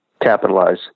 capitalize